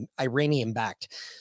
Iranian-backed